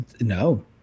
No